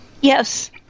Yes